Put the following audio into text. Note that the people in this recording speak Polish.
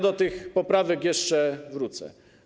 Do tych poprawek jeszcze wrócę.